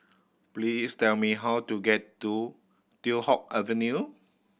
please tell me how to get to Teow Hock Avenue